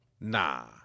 Nah